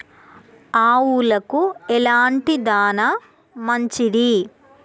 ఆవులకు ఎలాంటి దాణా మంచిది?